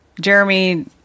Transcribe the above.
Jeremy